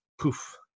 poof